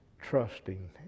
trusting